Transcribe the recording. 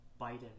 biden